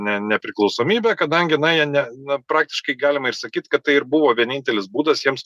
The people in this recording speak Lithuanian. ne nepriklausomybė kadangi na jie ne na praktiškai galima ir sakyt kad tai ir buvo vienintelis būdas jiems